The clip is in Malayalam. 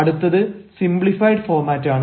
അടുത്തത് സിംപ്ലിഫൈഡ് ഫോർമാറ്റാണ്